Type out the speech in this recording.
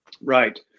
Right